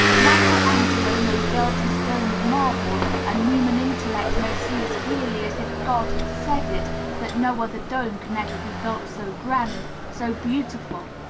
michel angelo may build his dome of marble, and human intellect may see as clearly as if god had said it that no other dome can ever be built so grand, so beautiful.